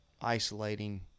isolating